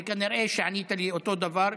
וכנראה שענית לי אותו דבר.